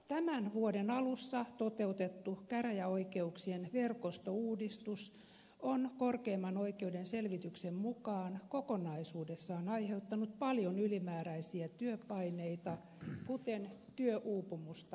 tämän vuoden alussa toteutettu käräjäoikeuksien verkostouudistus on korkeimman oikeuden selvityksen mukaan kokonaisuudessaan aiheuttanut paljon ylimääräisiä työpaineita kuten työuupumusta ja stressiä